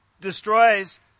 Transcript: destroys